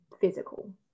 physical